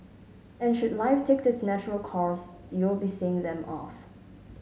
and should life takes its natural course you'll be seeing them off